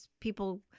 people